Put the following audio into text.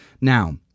Now